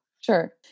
sure